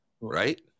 right